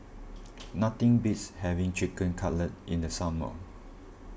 nothing beats having Chicken Cutlet in the summer